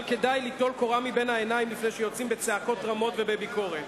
אבל כדאי ליטול קורה מבין העיניים לפני שיוצאים בצעקות רמות ובביקורת.